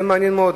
זה מעניין מאוד.